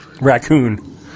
Raccoon